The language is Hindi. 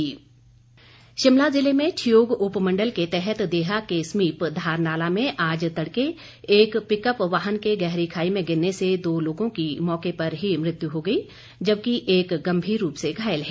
हादसा शिमला जिले में ठियोग उपमंडल के तहत देहा के समीप धार नाला में आज तड़के एक पिकअप वाहन के गहरी खाई में गिरने से दो लोगों की मौके पर ही मृत्यु हो गई जबकि एक गंभीर रूप से घायल है